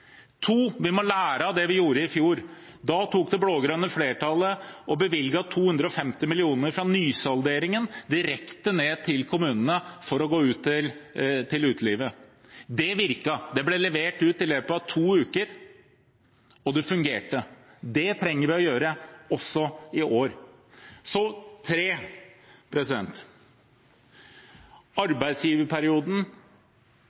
må vi lære av det vi gjorde i fjor. Da bevilget det blå-grønne flertallet 250 mill. kr fra nysalderingen direkte til kommunene ut til utelivet. Det virket. Det ble levert ut i løpet av to uker, og det fungerte. Det trenger vi å gjøre også i år.